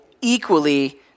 equally